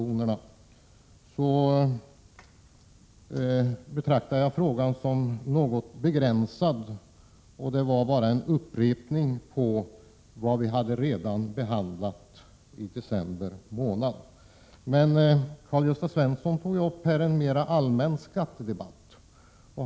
Jag betraktar frågan som något begränsad, och detta är i stort sett en upprepning av vad vi diskuterade i december månad 1987. Karl-Gösta Svenson tog emellertid här upp en mer allmän skattedebatt.